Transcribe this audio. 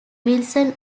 wilson